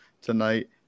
tonight